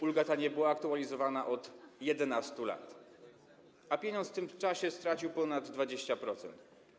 Ulga ta nie była aktualizowana od 11 lat, a pieniądz w tym czasie stracił ponad 20%.